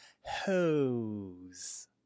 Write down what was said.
hose